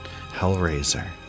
Hellraiser